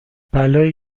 بلایی